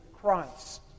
Christ